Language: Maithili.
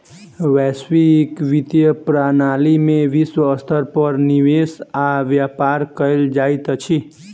वैश्विक वित्तीय प्रणाली में विश्व स्तर पर निवेश आ व्यापार कयल जाइत अछि